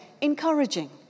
encouraging